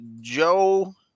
joe